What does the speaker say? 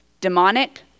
demonic